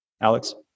Alex